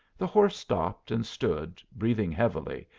the horse stopped, and stood, breathing heavily,